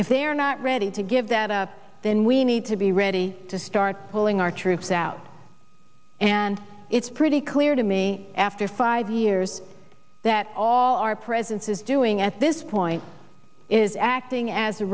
if they are not ready to give that up then we need to be ready to start pulling our troops out and it's pretty clear to me after five years that all our presence is doing at this point is acting as a